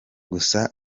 gusa